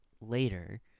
later